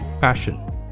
passion